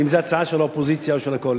אם זו הצעה של האופוזיציה או של הקואליציה.